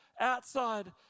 Outside